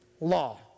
law